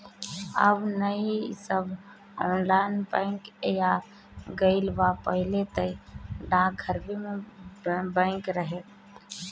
अब नअ इ सब ऑनलाइन बैंक आ गईल बा पहिले तअ डाकघरवे में बैंक रहे